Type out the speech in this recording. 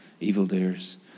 evildoers